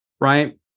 Right